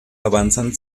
avanzan